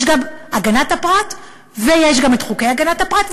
יש גם הגנת הפרט ויש גם חוקי הגנת הפרט,